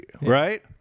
right